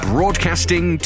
Broadcasting